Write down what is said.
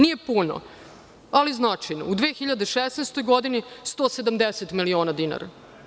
Nije puno, ali znači, u 2016. godini 170 miliona dinara.